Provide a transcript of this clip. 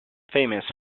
famous